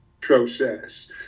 process